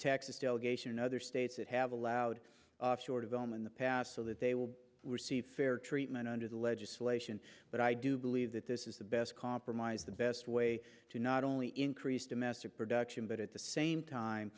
texas delegation and other states that have allowed short of them in the past so that they will receive fair treatment under the legislation but i do believe that this is the best compromise the best way to not only increase domestic production but at the same time